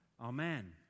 Amen